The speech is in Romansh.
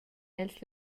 els